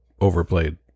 overplayed